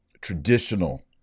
traditional